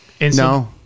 No